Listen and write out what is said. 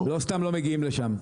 לא סתם לא מגיעים לשם.